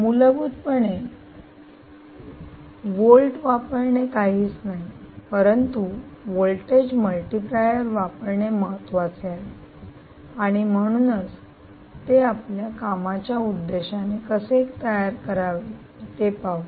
मूलभूतपणे व्होल्ट वापरणे काहीच नाही परंतु व्होल्टेज मल्टिप्लायर वापरणे महत्वाचे आहे आणि म्हणूनच ते आपल्या कामाच्या उद्देशाने कसे तयार करावे ते पाहू